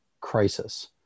crisis